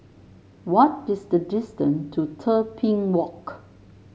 what is the distance to Tebing Walk